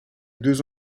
deux